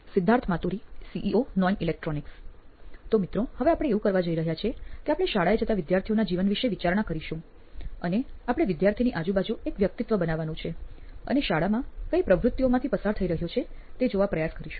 Siddharth Maturi CEO નોઇન electronics તો મિત્રો હવે આપણે એવું કરવા જઈ રહ્યા છે કે આપણે શાળાએ જતા વિદ્યાર્થીઓના જીવન વિશે વિચારણા કરીશું અને આપણે વિદ્યાર્થીની આજુબાજુ એક વ્યકિતત્વ બનાવવાનું છે અને તે શાળામાં કઈ પ્રવૃત્તિઓમાંથી પસાર થઈ રહ્યો છે તે જોવા પ્રયાસ કરીશું